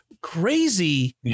crazy